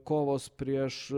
kovos prieš